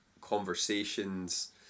conversations